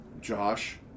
Josh